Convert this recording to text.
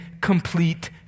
complete